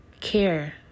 care